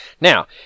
Now